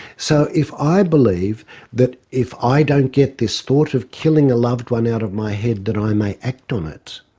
so if i believe that if i don't get this thought of killing a loved one out of my head, that i may act on it,